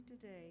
today